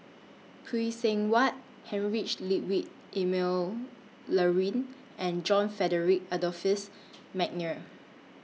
Phay Seng Whatt Heinrich Ludwig Emil Luering and John Frederick Adolphus Mcnair